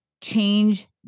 Change